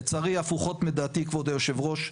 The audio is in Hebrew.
לצערי הפוכות מה דעתי כבוד היושב ראש,